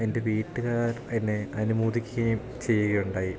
എൻ്റെ വീട്ടുകാർ എന്നെ അനുമോദിക്കുകയും ചെയ്യുകയുണ്ടായി